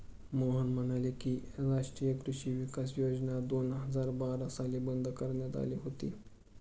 मोहन म्हणाले की, राष्ट्रीय कृषी विकास योजना दोन हजार बारा साली बंद करण्यात आली होती